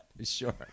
Sure